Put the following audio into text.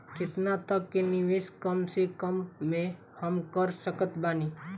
केतना तक के निवेश कम से कम मे हम कर सकत बानी?